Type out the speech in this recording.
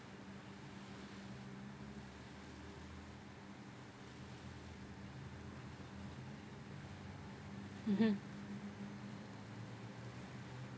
mmhmm